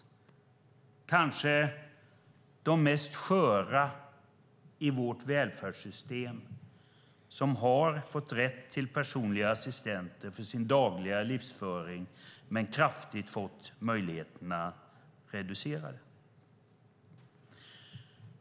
Det är kanske de allra sköraste i vårt välfärdssystem som har fått rätt till personliga assistenter för sin dagliga livsföring men som nu har fått möjligheterna kraftigt reducerade.